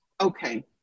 Okay